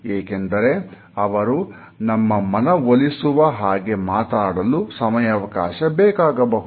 ಏಕೆಂದರೆ ಅವರು ನಮ್ಮ ಮನವೊಲಿಸುವ ಹಾಗೆ ಮಾತನಾಡಲು ಸಮಯಾವಕಾಶ ಬೇಕಾಗಬಹುದು